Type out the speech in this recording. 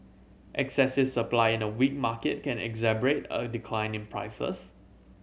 excessive supply in a weak market can exacerbate a decline in prices